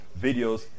videos